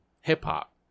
hip-hop